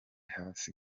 hasi